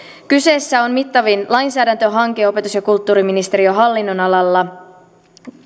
kyseessä on mittavin lainsäädäntöhanke opetus ja kulttuuriministeriön hallinnonalalla